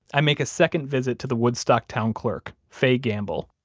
i make a second visit to the woodstock town clerk, faye gamble,